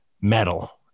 metal